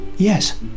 Yes